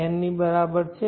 n ની બરાબર છે